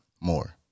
more